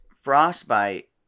frostbite